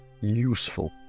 useful